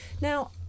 Now